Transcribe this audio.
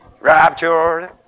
raptured